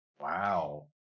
Wow